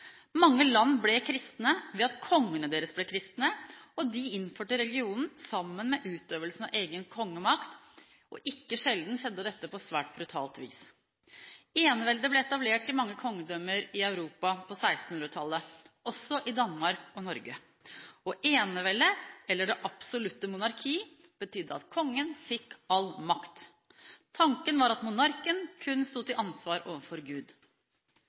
Mange land ble kristne ved at kongene deres ble kristne og innførte religionen sammen med utøvelsen av egen kongemakt, og ikke sjelden skjedde dette på svært brutalt vis. Eneveldet ble etablert i mange kongedømmer i Europa på 1600-tallet, også i Danmark og Norge. Eneveldet, eller det absolutte monarki, betydde at kongen fikk all makt. Tanken var at monarken kun sto til ansvar overfor Gud.